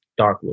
Darkwood